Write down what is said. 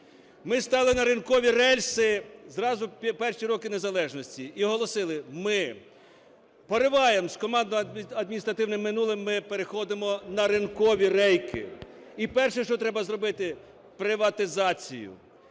Ми стали на ринкові рельси зразу в перші роки незалежності і оголосили: ми пориваємо з командно-адміністративним минулим, ми переходимо на ринкові рейки. І перше, що треба зробити, – приватизацію.